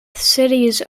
cities